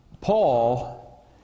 Paul